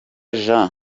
jean